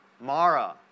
Mara